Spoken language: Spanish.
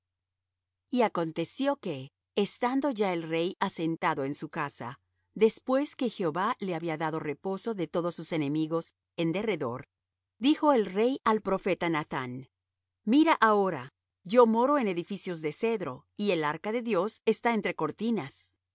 y acontecio que estando ya el rey asentado en su casa después que jehová le había dado reposo de todos sus enemigos en derredor dijo el rey al profeta nathán mira ahora yo moro en edificios de cedro y el arca de dios está entre cortinas